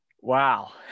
wow